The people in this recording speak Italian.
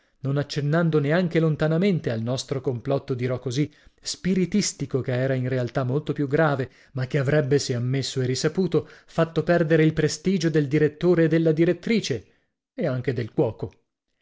non accennando neanche lontanamente al nostro complotto dirò così spiritistico che era in realtà molto più grave ma che avrebbe se ammesso e risaputo fatto perdere il prestigio del direttore e della direttrice e anche del cuoco